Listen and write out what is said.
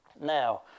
Now